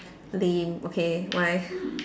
lame okay why